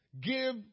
give